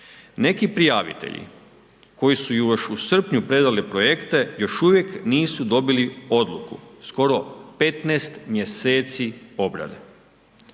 Neki prijavitelji koji su još u srpnju predali projekte još uvijek nisu dobili odluku, skoro 15 mjeseci obrade.